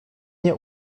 nie